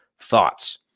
Thoughts